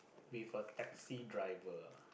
with a taxi driver ah